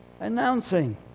announcing